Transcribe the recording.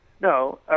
no